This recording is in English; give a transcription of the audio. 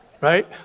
right